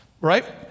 right